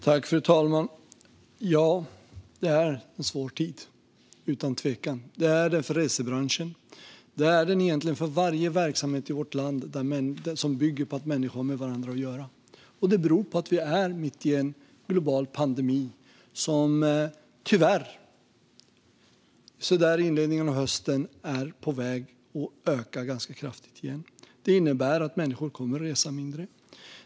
Fru talman! Ja, det är utan tvekan en svår tid. Det är den för resebranschen. Det är den egentligen för varje verksamhet i vårt land som bygger på att människor har med varandra att göra. Och det beror på att vi är mitt i en global pandemi, som tyvärr i inledningen av hösten är på väg att öka ganska kraftigt igen. Det innebär att människor kommer att resa mindre.